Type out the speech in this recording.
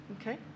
Okay